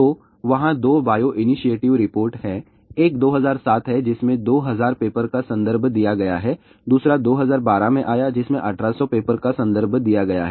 तो वहाँ दो बायो इनिशिएटिव रिपोर्ट हैं एक 2007 है जिसमें 2000 पेपर का संदर्भ दिया गया है दूसरा 2012 में आया है जिसमें 1800 पेपर का संदर्भ दिया गया है